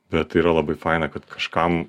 bet tai yra labai faina kad kažkam